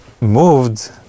moved